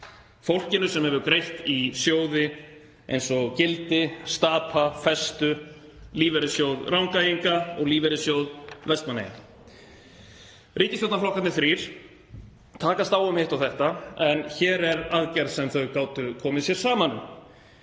fólkinu sem hefur greitt í sjóði eins og Gildi, Stapa, Festu, Lífeyrissjóð Rangæinga og Lífeyrissjóð Vestmannaeyja. Ríkisstjórnarflokkarnir þrír takast á um hitt og þetta en hér er aðgerð sem þau gátu komið sér saman